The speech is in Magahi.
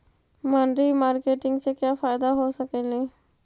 मनरी मारकेटिग से क्या फायदा हो सकेली?